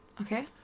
Okay